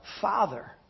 Father